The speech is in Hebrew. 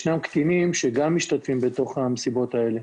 יש גם קטינים שמשתתפים במסיבות האלה.